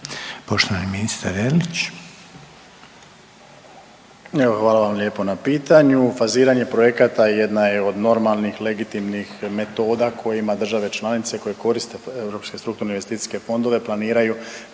Poštovani ministar Erlić.